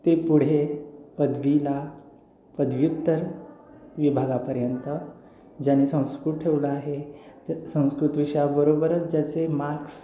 ते पुढे पदवीला पदव्युत्तर विभागापर्यंत ज्यांनी संस्कृत ठेवलं आहे त्या संस्कृत विषयाबरोबरच ज्याचे मार्क्स